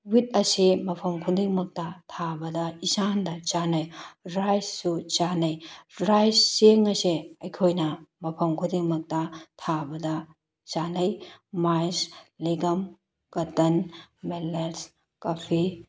with ꯑꯁꯤ ꯃꯐꯝ ꯈꯨꯗꯤꯡꯃꯛꯇ ꯊꯥꯕꯗ ꯏꯆꯥꯟꯗ ꯆꯥꯟꯅꯩ ꯔꯥꯏꯁꯁꯨ ꯆꯥꯟꯅꯩ ꯔꯥꯏꯁ ꯆꯦꯡ ꯑꯁꯦ ꯑꯩꯈꯣꯏꯅ ꯃꯐꯝ ꯈꯨꯗꯤꯡꯃꯛꯇ ꯊꯥꯕꯗ ꯆꯟꯅꯩ maize legume cotton millets coffee